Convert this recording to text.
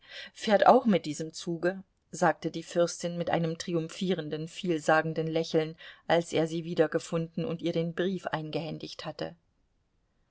fährt auch mit diesem zuge sagte die fürstin mit einem triumphierenden vielsagenden lächeln als er sie wiedergefunden und ihr den brief eingehändigt hatte